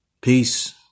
Peace